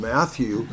Matthew